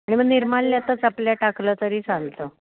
आणि मग निर्माल्यातच आपल्या टाकलं तरी चालतं